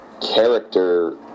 character